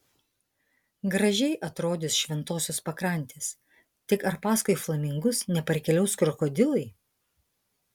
gražiai atrodys šventosios pakrantės tik ar paskui flamingus neparkeliaus krokodilai